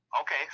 Okay